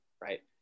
right